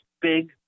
big